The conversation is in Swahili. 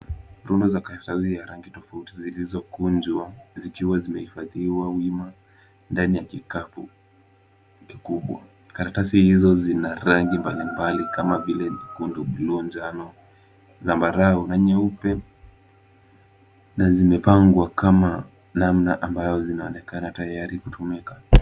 Rundo za karatasi rangi tofauti zilizo kunjwa zikiwa zime hifadhiwa wima ndani ya kikapu, kikubwa. Karatasi hizo zina rangi mbalimbali kama vile nyekundu, bluu njano zambarao na nyeupe. Na zimepangwa kama namna ambayo zinaonekana tayari kutumika.